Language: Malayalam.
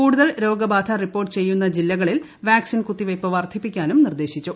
കൂടുതൽ രോഗബാധ റിപ്പോർട്ട് ചെയ്യുന്ന ജില്ലകളിൽ വാക്സിൻ കുത്തിവയ്പ് വർദ്ധിപ്പിക്കാനും നിർദ്ദേശിച്ചു